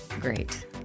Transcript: great